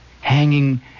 hanging